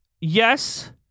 yes